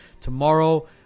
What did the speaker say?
tomorrow